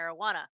marijuana